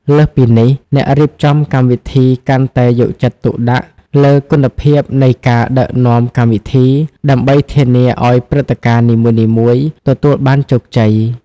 លើសពីនេះ អ្នករៀបចំកម្មវិធីកាន់តែយកចិត្តទុកដាក់លើ គុណភាពនៃការដឹកនាំកម្មវិធី ដើម្បីធានាឱ្យព្រឹត្តិការណ៍នីមួយៗទទួលបានជោគជ័យ។